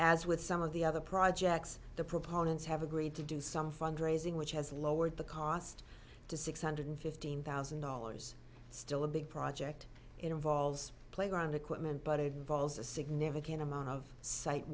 as with some of the other projects the proponents have agreed to do some fund raising which has lowered the cost to six hundred fifteen thousand dollars still a big project it involves playground equipment but it involves a significant amount of site